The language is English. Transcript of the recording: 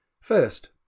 First